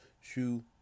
Shoe